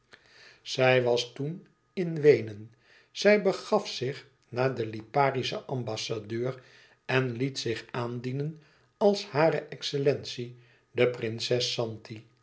zij was toen in weenen zij begaf zich naar den liparischen ambassadeur en liet zich aandienen als hare excellentie de prinses zanti